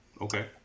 okay